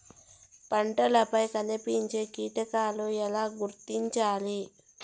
పంటలపై కనిపించే కీటకాలు ఎలా గుర్తించాలి?